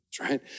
right